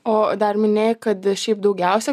o dar minėjai kad šiaip daugiausia